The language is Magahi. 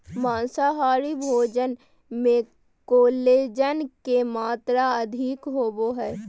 माँसाहारी भोजन मे कोलेजन के मात्र अधिक होवो हय